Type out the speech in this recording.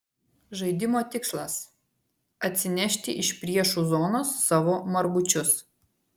žaidimo tikslas atsinešti iš priešų zonos savo margučius